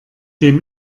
dem